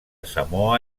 samoa